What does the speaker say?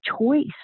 choice